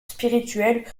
spirituelle